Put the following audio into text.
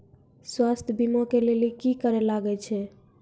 स्वास्थ्य बीमा के लेली की करे लागे छै?